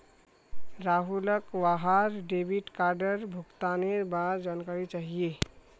राहुलक वहार डेबिट कार्डेर भुगतानेर बार जानकारी चाहिए